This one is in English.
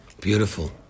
Beautiful